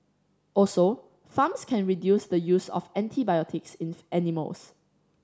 also farms can reduce the use of antibiotics in animals